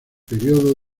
período